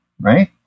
right